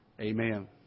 Amen